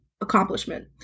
accomplishment